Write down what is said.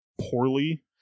poorly